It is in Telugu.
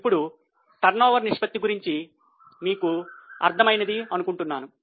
ఇప్పుడు టర్నోవర్ నిష్పత్తి గురించి మీకు అర్థమైనది అనుకుంటున్నాను